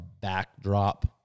backdrop